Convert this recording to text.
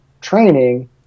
training